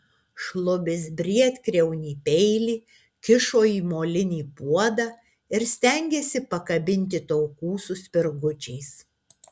šlubis briedkriaunį peilį kišo į molinį puodą ir stengėsi pakabinti taukų su spirgučiais